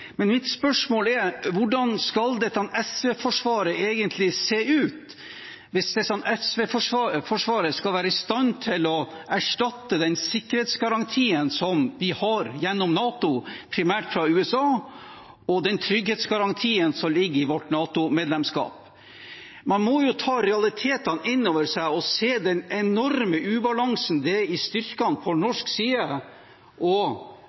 mitt spørsmål er: Hvordan skal dette SV-forsvaret egentlig se ut, hvis dette SV-forsvaret skal være i stand til å erstatte den sikkerhetsgarantien vi har gjennom NATO, primært fra USA, og den trygghetsgarantien som ligger i vårt NATO-medlemskap? Man må jo ta realitetene innover seg og se den enorme ubalansen det er mellom styrkene på norsk side og